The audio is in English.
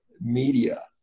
media